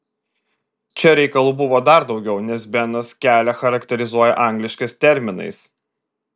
čia reikalų buvo dar daugiau nes benas kelią charakterizuoja angliškais terminais